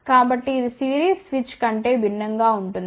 కాబట్టి ఇది series switch కంటే భిన్నంగా ఉంటుంది